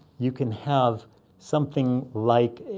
you can have something like